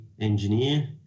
engineer